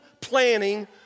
planning